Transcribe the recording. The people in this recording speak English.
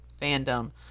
fandom